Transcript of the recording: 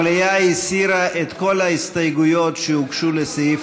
המליאה הסירה את כל ההסתייגויות שהוגשו לסעיף